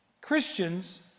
Christians